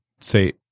say